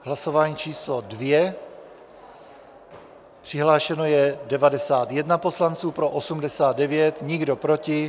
Hlasování číslo 2, přihlášeno je 91 poslanců, pro 89, nikdo proti.